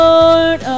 Lord